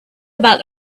about